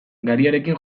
gariarekin